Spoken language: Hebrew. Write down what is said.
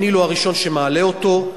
אני לא הראשון שמעלה אותו,